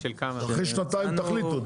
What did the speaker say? אחרי שנתיים תחליטו.